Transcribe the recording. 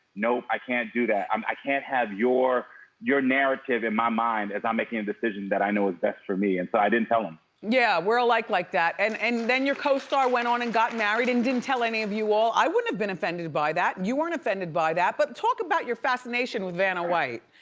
no, i can't do that. um i can't have your your narrative in my mind as i'm making a decision that i know is best for me. and so i didn't tell em. yeah we're like like that. and and then your costar went on and got married and didn't tell any of you all. i wouldn't have been offended by that. you weren't offended by that, but talk your fascination with vanna white.